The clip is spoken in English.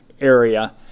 area